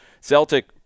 Celtic